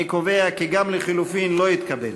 אני קובע כי גם לחלופין לא התקבל.